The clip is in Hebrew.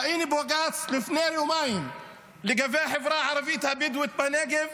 ראינו את בג"ץ לפני יומיים לגבי החברה הערבית הבדואית בנגב,